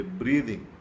breathing